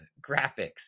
graphics